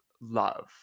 love